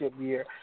year